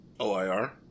OIR